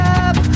up